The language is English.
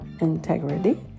Integrity